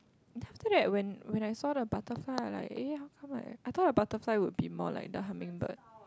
then after that when when I saw the butterfly I like eh how come like I thought the butterfly would be more like the hummingbird